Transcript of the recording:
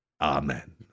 Amen